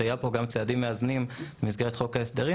היו פה גם צעדים מאזנים במסגרת חוק ההסדרים